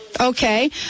Okay